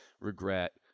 regret